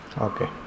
Okay